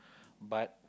but